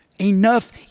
enough